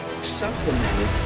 supplemented